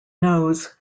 nose